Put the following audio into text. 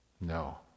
No